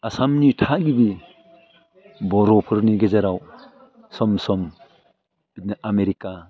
आसामनि थागिबि बर'फोरनि गेजेराव सम सम आमेरिका